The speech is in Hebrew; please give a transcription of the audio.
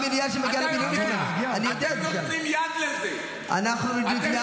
--- לא, זה לא מקרים מסוימים.